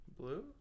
Blue